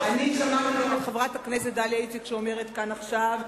שמעתי את חברת הכנסת דליה איציק אומרת כאן עכשיו,